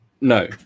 No